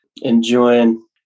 enjoying